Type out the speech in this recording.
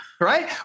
Right